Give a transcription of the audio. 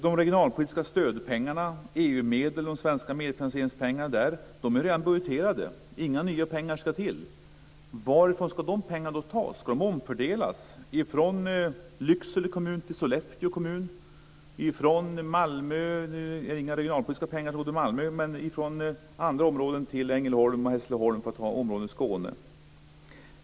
De regionalpolitiska stödpengarna, EU-medlen och de svenska medfinansieringspengarna är redan budgeterade. Inga nya pengar ska till. Varifrån ska de pengarna tas? Ska de omfördelas från Lycksele kommun till Sollefteå kommun, inte från Malmö, som inte får några regionalpolitiska pengar, men från andra områden till Ängelholm och Hässleholm, för att ta områden i Skåne?